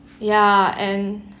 ya and